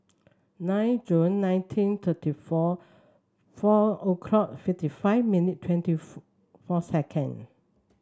nine June nineteen thirty four four o'clock fifty five minutes twenty four seconds